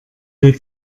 will